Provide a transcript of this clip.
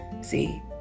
See